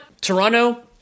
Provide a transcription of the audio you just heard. Toronto